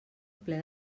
ple